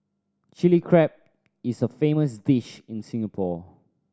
Chilli Crab is a famous dish in Singapore